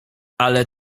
ale